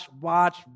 watch